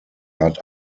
art